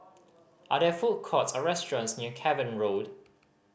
are there food courts or restaurants near Cavan Road